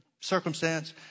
circumstance